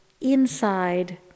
inside